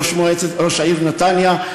ראש העיר נתניה.